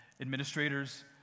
administrators